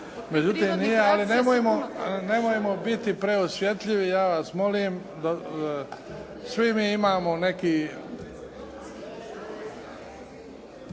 Međutim, ali nemojmo biti preosjetljivi, ja vas molim. Svi mi imamo neki,